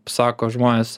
sako žmonės